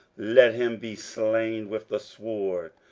let him be slain with the sword.